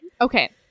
okay